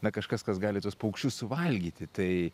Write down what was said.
na kažkas kas gali tuos paukščius suvalgyti tai